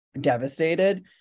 devastated